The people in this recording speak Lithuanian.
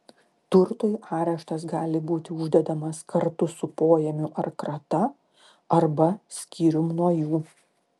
turtui areštas gali būti uždedamas kartu su poėmiu ar krata arba skyrium nuo jų